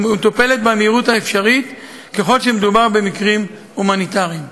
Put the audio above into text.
ומטופלת במהירות האפשרית ככל שמדובר במקרים הומניטריים.